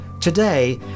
Today